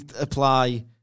apply